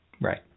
Right